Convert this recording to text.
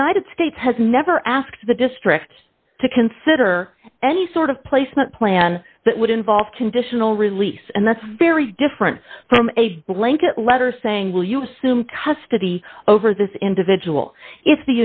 united states has never asked the district to consider any sort of placement plan that would involve conditional release and that's very different from a blanket letter saying will you assume custody over this individual i